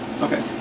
Okay